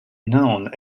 known